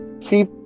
keep